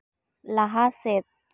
ᱞᱟᱦᱟ ᱥᱮᱫ